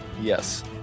Yes